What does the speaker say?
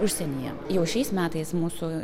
užsienyje jau šiais metais mūsų